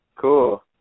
Cool